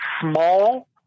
small